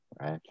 right